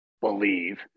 believe